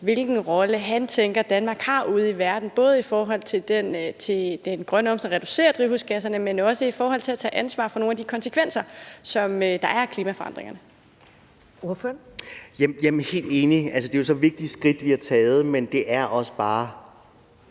hvilken rolle han tænker Danmark har ude i verden både i forhold til den grønne omstilling og at reducere drivhusgasserne, men også i forhold til at tage ansvar for nogle af de konsekvenser, som der er af klimaforandringerne. Kl. 12:46 Første næstformand (Karen Ellemann): Ordføreren.